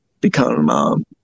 become